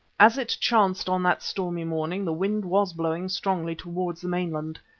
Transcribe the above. as it chanced on that stormy morning the wind was blowing strongly towards the mainland.